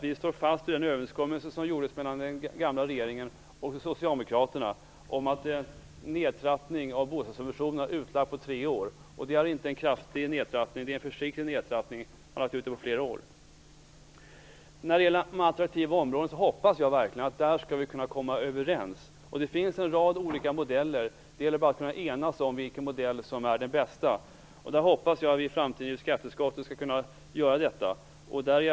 Vi står fast vid den överenskommelse som gjordes mellan den gamla regeringen och Socialdemokraterna om att en nedtrappning av bostadssubventionerna läggs ut på tre år. Denna nedtrappning är inte kraftig utan försiktig, utlagd på flera år. När det gäller de attraktiva områdena hoppas jag verkligen att vi skall kunna komma överens. Det finns en rad olika modeller, och det gäller bara att enas om vilken som är den bästa. Jag hoppas att vi i framtiden skall kunna göra detta i skatteutskottet.